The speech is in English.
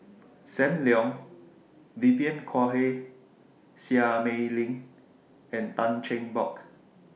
SAM Leong Vivien Quahe Seah Mei Lin and Tan Cheng Bock